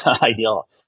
ideal